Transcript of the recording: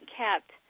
kept